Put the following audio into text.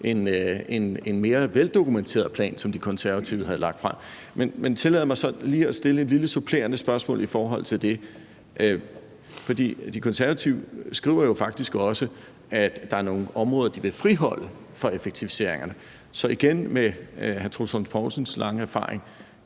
en mere veldokumenteret plan, som De Konservative havde lagt frem. Men tillad mig så lige at stille et lille supplerende spørgsmål i forhold til det. For De Konservative skriver jo faktisk også, at der er nogle områder, de vil friholde for effektiviseringerne. Så igen: Kan man med hr. Troels Lund Poulsens lange erfaring